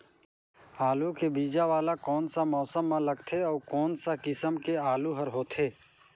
आलू के बीजा वाला कोन सा मौसम म लगथे अउ कोन सा किसम के आलू हर होथे?